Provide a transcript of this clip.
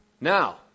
Now